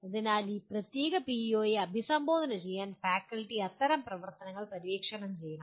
അതിനാൽ ഈ പ്രത്യേക പിഒയെ അഭിസംബോധന ചെയ്യാൻ ഫാക്കൽറ്റി അത്തരം പ്രവർത്തനങ്ങൾ പര്യവേക്ഷണം ചെയ്യണം